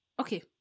okay